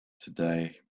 today